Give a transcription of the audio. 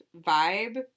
vibe